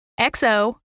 XO